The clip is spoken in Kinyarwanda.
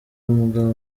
umugabo